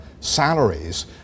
salaries